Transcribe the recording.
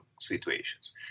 situations